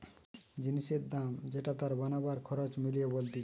জিনিসের দাম যেটা তার বানাবার খরচ মিলিয়ে বলতিছে